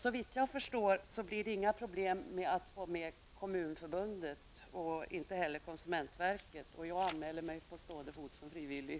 Såvitt jag förstår blir det inga problem med att få med Kommunförbundet och inte heller konsumentverket. Jag anmäler mig på stående fot som frivillig.